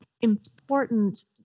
important